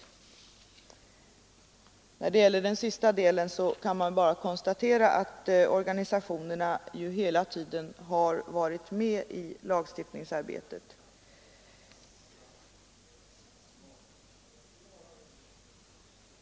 När det gäller den sista delen kan man bara konstatera att organisationerna hela tiden har varit med i lagstiftningsarbetet.